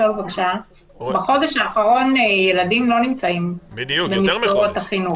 בחודש האחרון ילדים לא נמצאים במסגרות החינוך.